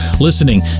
listening